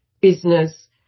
business